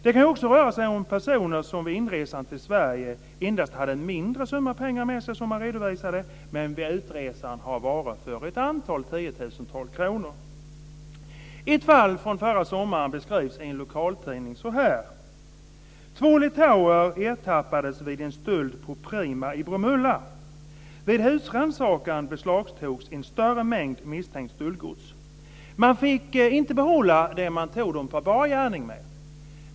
Det kan också röra sig om personer som vid inresan till Sverige endast hade en mindre summa pengar med sig, som de redovisade, som vid utresan har varor för ett antal tiotusen kronor. Ett fall från förra sommaren beskrivs så här i en lokaltidning: Två litauer ertappades vid en stöld på Prima i Bromölla. Vid husrannsaken beslagtogs en större mängd misstänkt stöldgods. De fick inte behålla det som de togs på bar gärning med.